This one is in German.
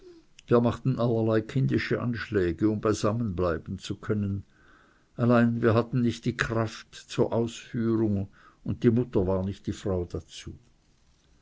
wir machten allerlei kindische anschläge um beisammen bleiben zu können allein wir hatten nicht die kräfte zur ausführung und die mutter war nicht die frau dazu